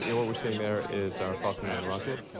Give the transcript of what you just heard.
and what we're seeing there is our falcon nine rocket,